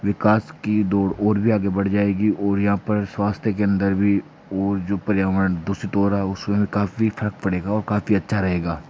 विकास की डोर ओर भी आगे बढ़ जाएगी और यहाँ पर स्वास्थ्य के अंदर भी और जो पर्यावरण दूषित हो रहा है उसमें भी काफी फर्क पड़ेगा और काफ़ी अच्छा रहेगा